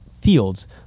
fields